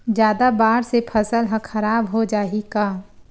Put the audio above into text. जादा बाढ़ से फसल ह खराब हो जाहि का?